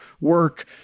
work